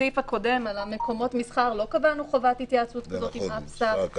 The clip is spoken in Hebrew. בסעיף הקודם על מקומות המסחר לא קבענו חובת היוועצות כזו עם השר.